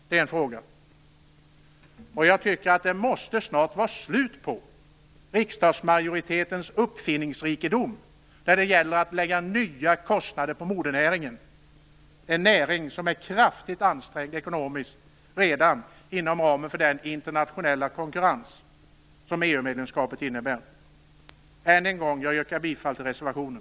Det är en fråga. Jag tycker att det snart måste vara slut på riksdagsmajoritetens uppfinningsrikedom när det gäller att lägga nya kostnader på modernäringen, en näring som är kraftigt ansträngd ekonomiskt redan inom ramen för den internationella konkurrens som EU-medlemskapet innebär. Jag yrkar än en gång bifall till reservationen.